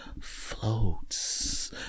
floats